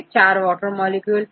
छात्र 4 water molecule